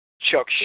Chuck